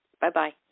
Bye-bye